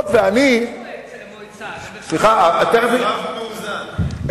אבל הרב מאוזן.